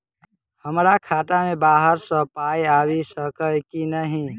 हमरा खाता मे बाहर सऽ पाई आबि सकइय की नहि?